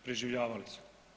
Preživljavali su.